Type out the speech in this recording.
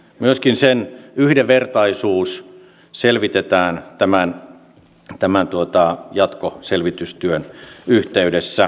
myöskin sen yhdenvertaisuus selvitetään tämän jatkoselvitystyön yhteydessä